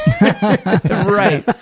Right